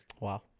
Wow